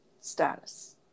status